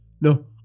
No